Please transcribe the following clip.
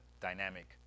dynamic